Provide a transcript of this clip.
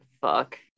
Fuck